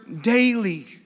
daily